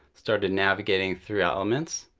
started navigating through elements,